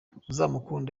uzamukunda